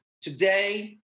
today